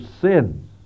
sins